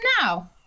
now